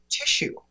tissue